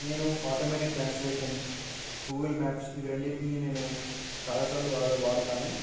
నేను automatic translation Google maps ఇవి రెండింటిని నేను చాలా సార్లు వా వాడతాను